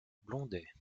blondet